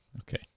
Okay